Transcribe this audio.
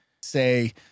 say